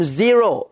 zero